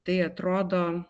tai atrodo